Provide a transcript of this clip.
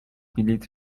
بلیط